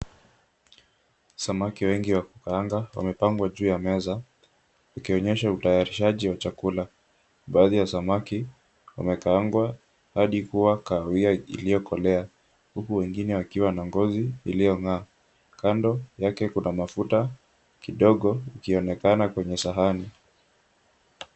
Samaki wengi wa kukaanga wamepangwa juu ya meza ikionyesha utayarishaji wa chakula. Baadhi ya samaki wamekaangwa hadi kuwa kahawia iliyokolea huku wengine wakiwa na ngozi iliyong'aa. Kando yake kuna mafuta kidogo ikionekana kwenye sahani.